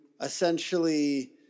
essentially